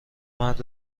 مرد